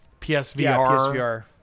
PSVR